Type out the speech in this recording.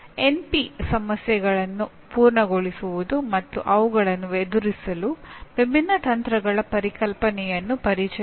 NP ಸಮಸ್ಯೆಗಳನ್ನು ಪೂರ್ಣಗೊಳಿಸುವುದು ಮತ್ತು ಅವುಗಳನ್ನು ಎದುರಿಸಲು ವಿಭಿನ್ನ ತಂತ್ರಗಳ ಪರಿಕಲ್ಪನೆಯನ್ನು ಪರಿಚಯಿಸಿ